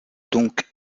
donc